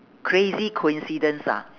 crazy coincidence ah